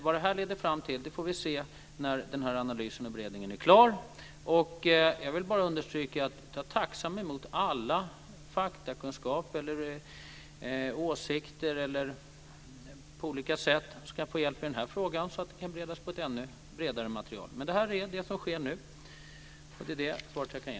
Vad detta leder fram till får vi se när analysen och beredningen är klar. Jag vill bara understryka att jag tacksamt tar emot alla faktakunskaper, åsikter och annat som är till hjälp i denna fråga så att den kan beredas på ett ännu bredare material. Men detta är det som nu sker, och det är det svar som jag kan ge.